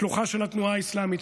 שלוחה של התנועה האסלאמית,